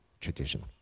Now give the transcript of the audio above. tradition